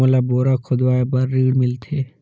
मोला बोरा खोदवाय बार ऋण मिलथे?